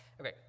Okay